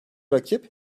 rakip